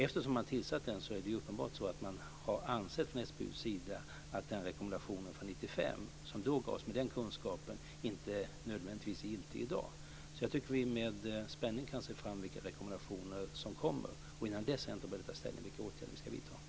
Eftersom man har tillsatt denna grupp är det uppenbart så att man från SBU:s sida har ansett att den rekommendation som gavs 1995, mot bakgrund av den kunskap som då fanns, inte nödvändigtvis är giltig i dag. Jag tycker att vi med spänning kan se fram emot vilka rekommendationer som kommer. Innan dess är jag inte beredd att ta ställning till vilka åtgärder vi ska vidta.